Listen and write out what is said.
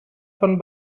von